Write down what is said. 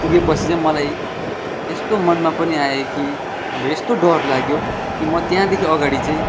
पुगेपछि चाहिँ मलाई यस्तो मनमा पनि आयो कि अब यस्तो डर लाग्यो कि म त्याँदेखि अगाडि चाहिँ